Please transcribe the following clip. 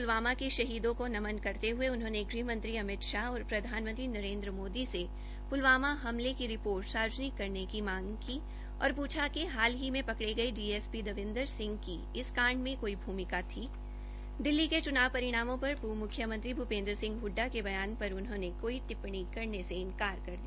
पुलवामा के शहीदों को नमन करते हये उन्होंने गृहमंत्री अमित शाह और प्रधानमंत्री नरेन्द्र मोदी से पुलवामा हमले की रिपोर्ट सार्वजनिक करने का मांग की और पूछा कि हाल ही में पकड़े गये डीएसपी दविन्द्र सिंह की इस कांड में कोई भूमिका थी दिल्ली के चुनाव परिणामों पर पूर्व मुख्यमंत्री भूपेन्द्र सिंह हुडडा के बयान पर उन्होंने कोई टिप्पणी करने से इन्कार दिया